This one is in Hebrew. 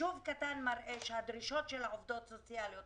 חישוב קטן מראה שהדרישות של העובדות הסוציאליות